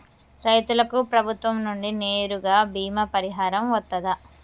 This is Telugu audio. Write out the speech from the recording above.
రైతులకు ప్రభుత్వం నుండి నేరుగా బీమా పరిహారం వత్తదా?